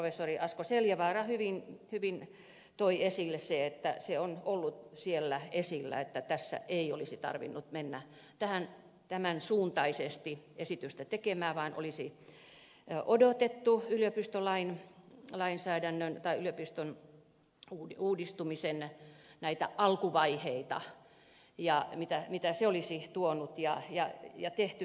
professori asko seljavaara hyvin toi esille sen että se on ollut siellä esillä että tässä ei olisi tarvinnut mennä tämän suuntaisesti esitystä tekemään vaan olisi odotettu yliopiston uudistumisen näitä alkuvaiheita ja mitä se olisi tuonut ja tehty sitten